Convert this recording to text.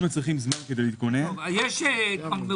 יש דתיים ולא דתיים.